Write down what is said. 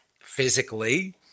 physically